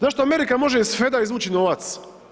Zašto Amerika može iz svega izvući novac?